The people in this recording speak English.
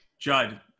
Judd